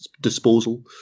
disposal